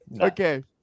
Okay